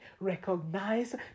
recognize